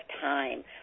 time